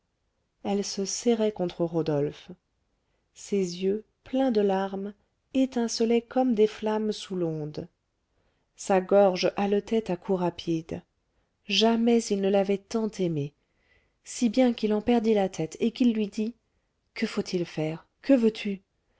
elle se serrait contre rodolphe ses yeux pleins de larmes étincelaient comme des flammes sous l'onde sa gorge haletait à coups rapides jamais il ne l'avait tant aimée si bien qu'il en perdit la tête et qu'il lui dit que faut-il faire que veux-tu